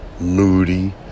Moody